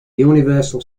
universal